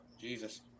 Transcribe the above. Jesus